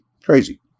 Crazy